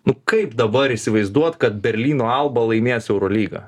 nu kaip dabar įsivaizduot kad berlyno alba laimės eurolygą